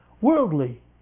worldly